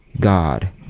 God